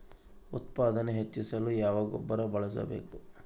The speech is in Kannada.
ಉತ್ಪಾದನೆ ಹೆಚ್ಚಿಸಲು ಯಾವ ಗೊಬ್ಬರ ಬಳಸಬೇಕು?